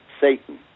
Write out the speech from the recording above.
Satan